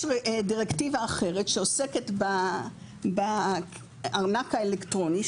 יש דירקטיבה אחרת שעוסקת בארנק האלקטרוני,